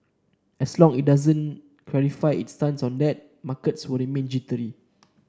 as long it doesn't clarify its stance on that markets will remain jittery